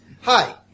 Hi